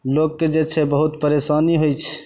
लोगके जे छै बहुत परेशानी होइत छै